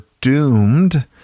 Doomed